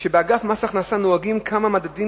שלפיהן באגף מס הכנסה נוהגים כמה מדדים